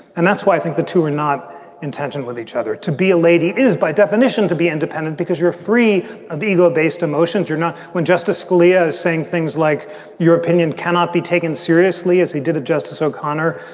and that's why i think the two are not in tension with each other. to be a lady is by definition to be independent because you're free of ego based emotions. you're not. when justice scalia is saying things like your opinion cannot be taken seriously as he did it, justice o'connor,